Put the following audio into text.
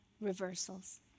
reversals